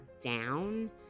down